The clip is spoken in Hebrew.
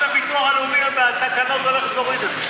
יועצת הביטוח הלאומי בתקנות הולכת להוריד את זה.